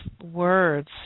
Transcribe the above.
words